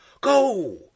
Go